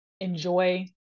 enjoy